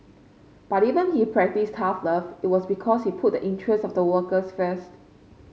but even he practised tough love it was because he put the interests of the workers first